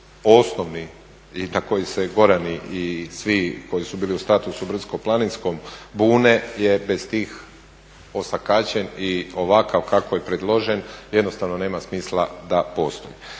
osnovni i na koji se Gorani i svi koji su bili u statusu brdsko-planinsko bune je bez tih osakaćen i ovakav kakav je predložen jednostavno nema smisla da postoji.